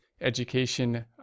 education